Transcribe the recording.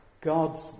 God's